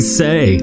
say